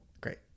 Great